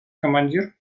командир